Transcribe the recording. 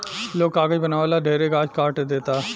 लोग कागज बनावे ला ढेरे गाछ काट देता